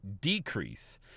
decrease